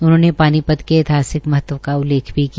उन्होंने पानीपत के एितहासिक महत्व का उल्लेख किया